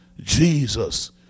Jesus